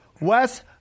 Wes